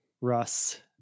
russ